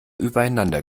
übereinander